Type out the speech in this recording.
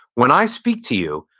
when i speak to you,